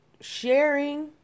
sharing